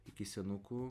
iki senukų